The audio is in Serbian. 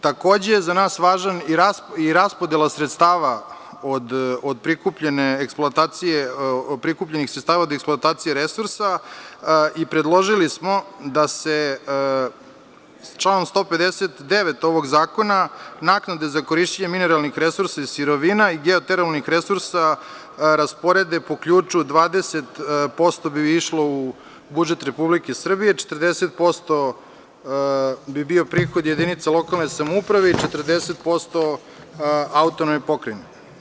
Takođe je za nas važna i raspodela sredstava od prikupljenih sredstava eksploatacije resursa i predložili smo da se članu 159. ovog zakona naknade za korišćenje mineralnih resursa i sirovina, geotermalnih resursa rasporede po ključu 20% bi išlo u budžet Republike Srbije 40% bi bio prihod jedinice lokalne samouprave, 40% AP.